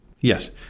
Yes